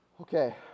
Okay